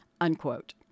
unquote